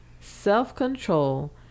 self-control